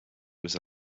was